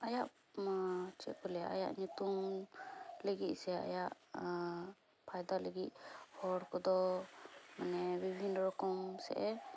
ᱟᱭᱟᱜ ᱪᱮᱫ ᱠᱚ ᱞᱟᱹᱭᱟ ᱟᱭᱟᱜ ᱧᱩᱛᱩᱢ ᱞᱟᱹᱜᱤᱫ ᱥᱮ ᱟᱭᱟᱜ ᱯᱷᱟᱭᱫᱟ ᱞᱟᱹᱜᱤᱫ ᱦᱚᱲ ᱠᱚᱫᱚ ᱢᱟᱱᱮ